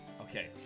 Okay